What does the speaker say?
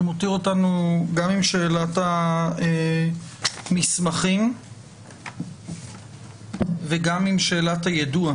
זה מותיר אותנו גם עם שאלת המסמכים וגם עם שאלת היידוע.